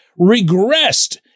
regressed